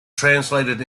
translated